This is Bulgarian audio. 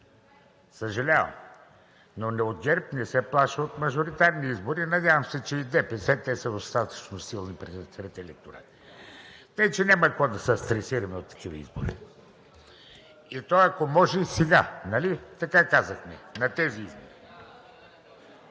Съжалявам. Но ГЕРБ не се плаши от мажоритарни избори, надявам се, че и ДПС – те са достатъчно силни, предвид техният електорат. Тъй че няма какво да се стресирате от такива избори, и то, ако може сега, нали, така казахме – на тези избори?